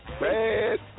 bad